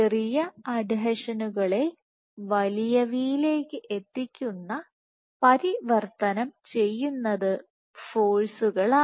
ചെറിയ അഡ്ഹീഷകളെ വലിയവയിലേക്ക് എത്തിക്കുന്ന പരിവർത്തനം ചെയ്യുന്നത് ഫോഴ്സുകളാണ്